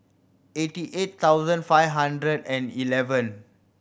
eighty eight thousand five hundred and eleven